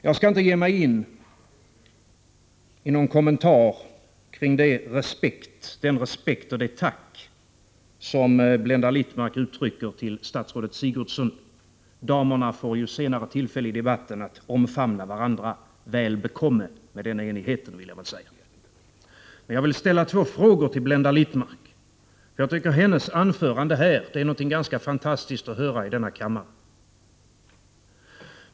Jag skall inte ge mig in i någon kommentar kring den respekt och det tack som Blenda Littmarck uttalar till statsrådet Sigurdsen. Damerna får ju senare i debatten tillfälle att omfamna varandra. Väl bekomme med den enigheten, får jag väl säga. Jag vill ställa två frågor till Blenda Littmarck; jag tycker att hennes anförande är något ganska fantastiskt att höra i denna kammare.